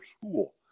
school